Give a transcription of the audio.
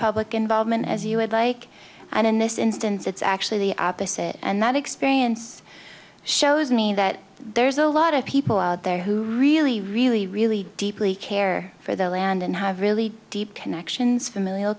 public involvement as you would like and in this instance it's actually the opposite and that experience shows me that there's a lot of people out there who really really really deeply care for their land and have really deep connections familial